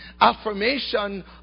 affirmation